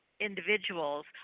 individuals